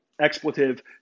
expletive